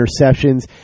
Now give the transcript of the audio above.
interceptions